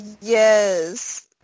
Yes